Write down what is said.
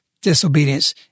disobedience